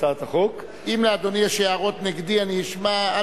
הצעת החוק -- אם לאדוני יש הערות נגדי אני אשמע.